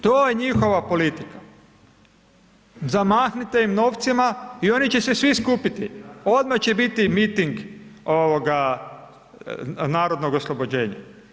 To je je njihova politika, zamahnite im novcima i oni će se svi skupiti, odmah će biti miting Narodnog oslobođenja.